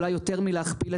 אולי יותר מלהכפיל,